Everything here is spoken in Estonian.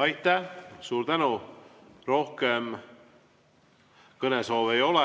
Aitäh! Suur tänu! Rohkem kõnesoove ei ole.